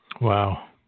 Wow